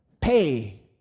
pay